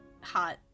hot